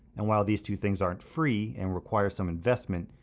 and while these two things aren't free and require some investment,